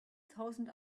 thousand